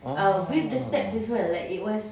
orh